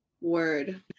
word